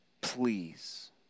Please